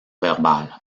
verbal